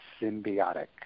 symbiotic